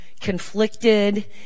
conflicted